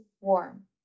warm